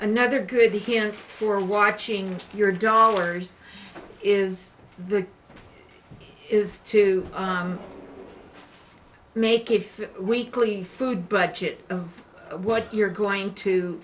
another good hint for watching your dollars is the is to make if weekly food budget of what you're going to